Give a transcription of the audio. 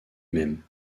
même